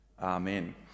amen